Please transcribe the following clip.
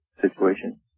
situation